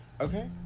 okay